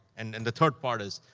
and then the third part is,